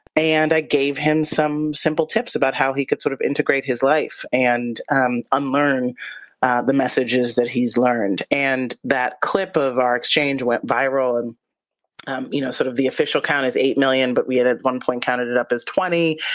and i gave him some simple tips about how he could sort of integrate his life and and unlearn the messages that he's learned. and that clip of our exchange went viral and um you know, sort of the official count is eight million, but we had at one point counted it up as twenty,